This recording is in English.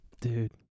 Dude